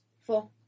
Four